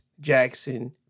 Jackson